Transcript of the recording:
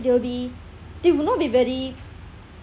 they will be they will not be very